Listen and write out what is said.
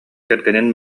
кэргэнин